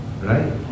right